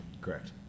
Correct